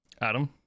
Adam